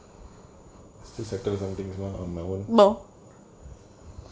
still settle something is mah on my own